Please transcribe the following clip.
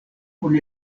kun